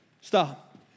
Stop